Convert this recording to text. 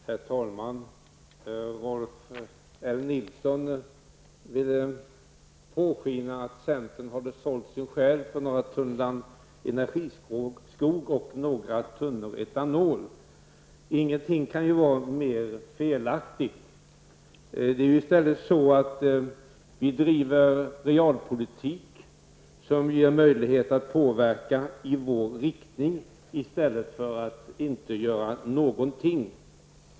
Herr talman! Rolf L Nilson ville påskina att centern hade sålt sin själ för några tunnland energiskog och några tunnor etanol. Ingenting kan ju vara mer felaktigt. I stället bedriver vi realpolitik som ger möjlighet att påverka i vår riktning som alternativ till att inte göra någonting.